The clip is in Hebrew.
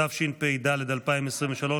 התשפ"ד 2023,